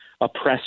oppressed